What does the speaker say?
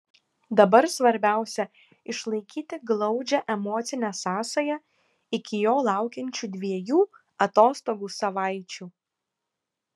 dabar svarbiausia išlaikyti glaudžią emocinę sąsają iki jo laukiančių dviejų atostogų savaičių